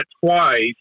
twice